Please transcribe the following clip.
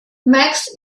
max